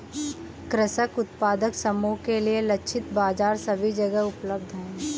कृषक उत्पादक समूह के लिए लक्षित बाजार सभी जगह उपलब्ध है